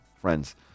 friends